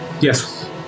Yes